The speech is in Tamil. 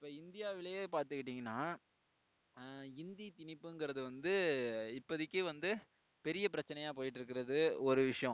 இப்போ இந்தியாவுலேயே பாத்துகிட்டிங்கனா இந்தி திணிப்புங்கிறது வந்து இப்போதிக்கி வந்து பெரிய பிரச்சனையாக போய்ட்ருக்குறது ஒரு விஷயம்